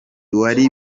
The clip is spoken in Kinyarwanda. wari